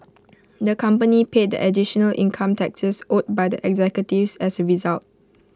the company paid the additional income taxes owed by the executives as A result